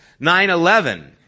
9-11